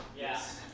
Yes